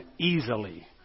easily